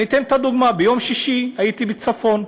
אני אתן דוגמה: ביום שישי הייתי בצפון,